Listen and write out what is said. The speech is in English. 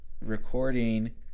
Recording